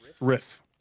riff